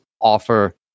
offer